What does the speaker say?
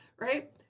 right